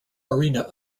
arena